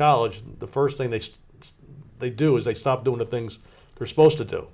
college the first thing they say they do is they stop doing the things they're supposed to do